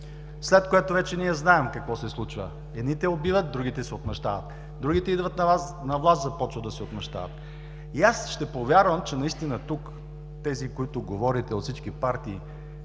след което ние знаем вече какво се случва: едните убиват – другите си отмъщават, другите идват на власт – започват да си отмъщават. Ще повярвам, че наистина тук тези, които говорите от всички партии,